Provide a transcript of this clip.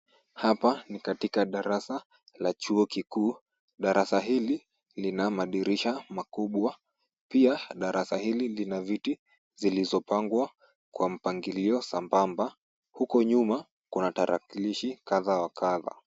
Hapa ni katika darasa la chuo kikuu. Darasa hili lina madirisha makubwa. Pia darasa hili lina viti zilizopangwa kwa mpangilio sambamba. Huko nyuma kuna tarakilishi kadha wa kadha.